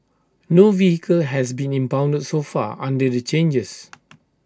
no vehicle has been impounded so far under the changes